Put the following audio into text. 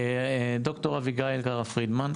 ד"ר אביגיל קרא-פרידמן,